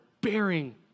bearing